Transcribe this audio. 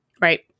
right